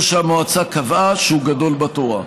או שהמועצה קבעה שהוא גדול בתורה.